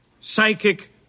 psychic